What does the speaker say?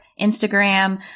Instagram